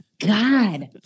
God